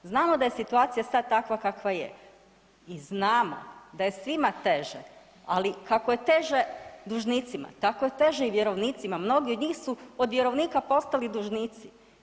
Znamo da je situacija sad takva kakva je i znamo da je svima teže, ali kako je teže dužnicima, tako je teže i vjerovnicima, mnogi od njih su od vjerovnika postali dužnici.